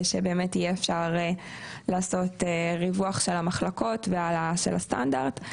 שבאמת יהיה אפשר לעשות ריווח של המחלקות והעלאה של הסטנדרט.